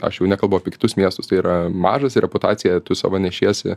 aš jau nekalbu apie kitus miestus tai yra mažas ir reputaciją tu savo nešiesi